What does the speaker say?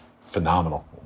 phenomenal